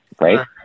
Right